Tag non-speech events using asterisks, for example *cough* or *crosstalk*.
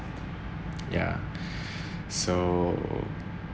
ya *breath* so